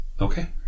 okay